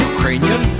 Ukrainian